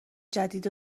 جدید